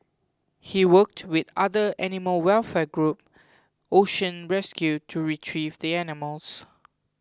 he worked with other animal welfare group Ocean Rescue to retrieve the animals